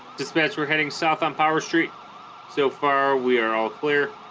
dispatch we're heading south on power street so far we are all clear